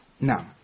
Now